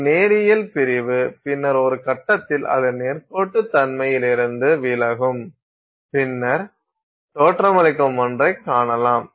ஒரு நேரியல் பிரிவு பின்னர் ஒரு கட்டத்தில் அது நேர்கோட்டுத்தன்மையிலிருந்து விலகும் பின்னர் தோற்றமளிக்கும் ஒன்றைக் காணலாம்